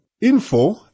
info